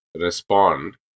respond